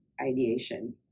ideation